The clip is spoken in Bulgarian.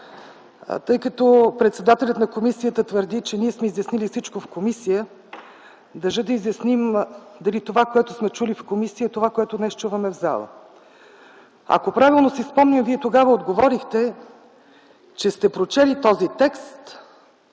Тъй като председателят на комисията твърди, че ние сме изяснили всичко в комисията, държа да изясним дали това, което сме чули в комисията е това, което днес чуваме в залата. Ако правилно си спомням, Вие тогава отговорихте, че сте прочели този текст,